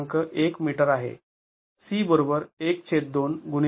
१ metre आहे